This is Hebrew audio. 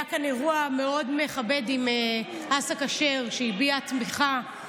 היה כאן אירוע מאוד מכבד עם אסא כשר, שהביע תמיכה.